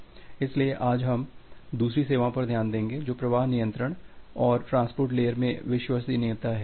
इसलिए आज हम दूसरी सेवाओं पर ध्यान देंगे जो प्रवाह नियंत्रण और ट्रांसपोर्ट लेयर में विश्वसनीयता हैं